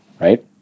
right